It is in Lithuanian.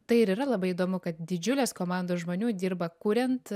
tai ir yra labai įdomu kad didžiulės komandos žmonių dirba kuriant